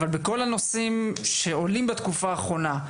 אבל בכל הנושאים שעולים בתקופה האחרונה,